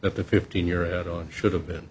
that the fifteen year old on should have been